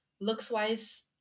looks-wise